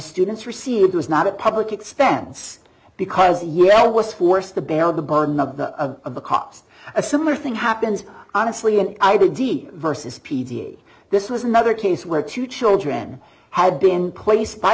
students received was not a public expense because yes i was forced to bear the burden of the cops a similar thing happens honestly and i did see versus p d this was another case where two children had been placed by